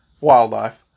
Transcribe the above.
wildlife